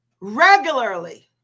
regularly